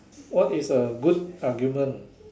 what is a good argument